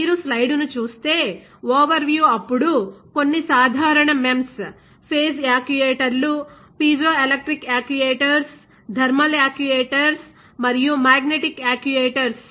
మీరు స్లైడ్ను చూస్తే ఓవర్ వ్యూ అప్పుడు కొన్ని సాధారణ MEMS ఫేజ్ యాక్యుయేటర్లు పిజోఎలెక్ట్రిక్ యాక్యుయేటర్స్ థర్మల్ యాక్యుయేటర్స్ మరియు మాగ్నెటిక్ యాక్యుయేటర్స్